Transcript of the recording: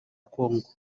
congo